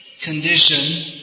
condition